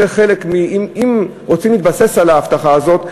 אם רוצים להתבסס על ההבטחה הזאת,